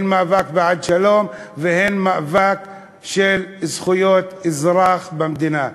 הן מאבק בעד שלום והן מאבק של זכויות אזרח במדינה.